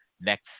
next